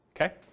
okay